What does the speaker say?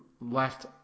left